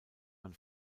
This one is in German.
man